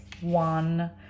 one